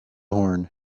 horn